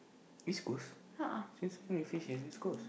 East-Coast since when we fish at East-Coast